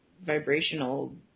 vibrational